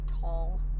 tall